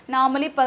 Normally